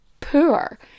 poor